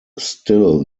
still